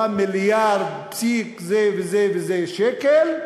הכנסות: 10 מיליארד פסיק זה וזה וזה שקל,